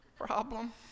problem